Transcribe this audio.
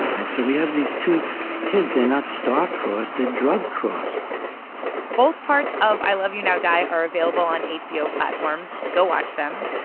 and so we have these two kids. they're not star-crossed. they're drug-crossed both parts of i love you, now die are available on hbo platforms. go watch them.